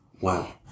Wow